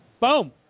boom